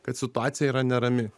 kad situacija yra nerami